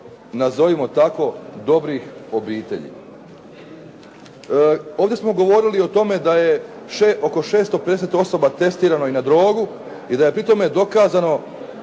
nazovimo tako "dobrih obitelji". Ovdje smo govorili o tome da je oko 650 osoba testirano i na drogu i da je pri tome dokazano